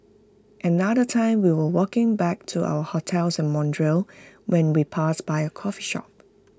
another time we were walking back to our hotel in Montreal when we passed by A coffee shop